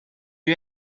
you